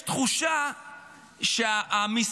יש תחושה שהמשרדים,